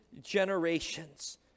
generations